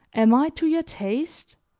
am i to your taste?